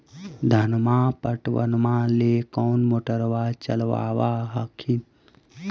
धनमा पटबनमा ले कौन मोटरबा चलाबा हखिन?